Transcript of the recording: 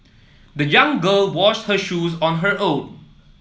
the young girl washed her shoes on her own